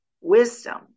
wisdom